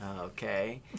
Okay